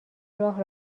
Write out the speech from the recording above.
راه